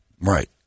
Right